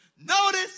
Notice